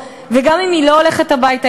וגם אם היא לא הולכת הביתה,